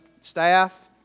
staff